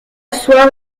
soir